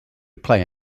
play